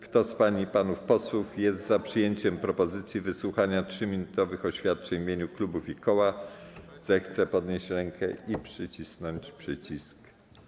Kto z pań i panów posłów jest za przyjęciem propozycji wysłuchania 3-minutowych oświadczeń w imieniu klubów i koła, zechce podnieść rękę i nacisnąć przycisk.